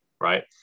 right